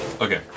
Okay